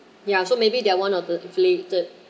ya so maybe they're one of the affiliated